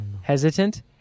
Hesitant